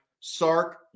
Sark